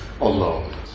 alone